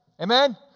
Amen